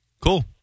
Cool